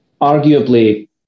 Arguably